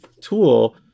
tool